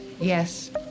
Yes